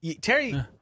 terry